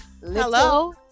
Hello